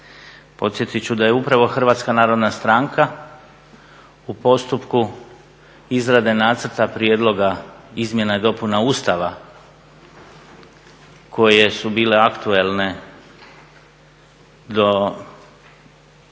Podsjetit ću da je upravo Hrvatska narodna stranka u postupku izrade Nacrta prijedloga izmjena i dopuna Ustava koje su bile aktualne do